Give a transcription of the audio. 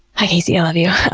hi kacey, i love yeah